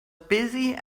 busy